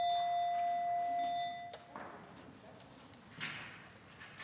Tak